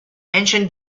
ancient